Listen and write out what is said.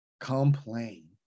Complain